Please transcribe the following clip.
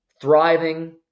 thriving